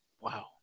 wow